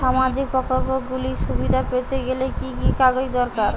সামাজীক প্রকল্পগুলি সুবিধা পেতে গেলে কি কি কাগজ দরকার?